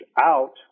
out